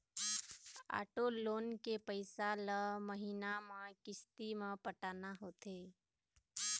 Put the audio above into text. auto loan के पइसा ल महिना म किस्ती म पटाना होथे